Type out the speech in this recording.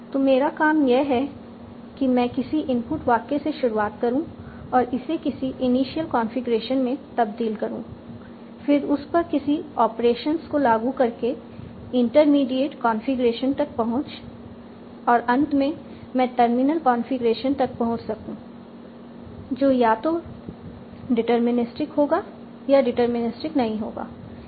तो मेरा काम यह है कि मैं किसी इनपुट वाक्य से शुरुआत करूं और उसे किसी इनिशियल कॉन्फ़िगरेशन में तब्दील करूं फिर उस पर किसी ऑपरेशंस को लागू करके इंटरमीडिएट कॉन्फ़िगरेशन तक पहुंच और अंत में मैं टर्मिनल कॉन्फ़िगरेशन तक पहुंच सकूं जो या तो डिटरमिनिस्टिक होगा या डिटरमिनिस्टिक नहीं होगा